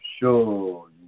show